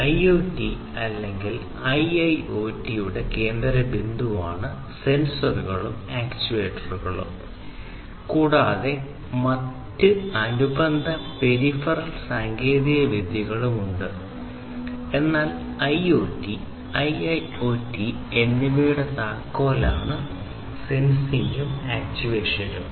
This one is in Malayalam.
ഐഒടി അല്ലെങ്കിൽ ഐഐഒടിയുടെ കേന്ദ്രബിന്ദുവാണ് സെൻസറുകളും ആക്യുവേറ്ററുകളും സാങ്കേതികവിദ്യകളും ഉണ്ട് എന്നാൽ ഐഒടി ഐഐഒടി എന്നിവയുടെ താക്കോലാണ് സെൻസിംഗും ആക്ചുവേഷനും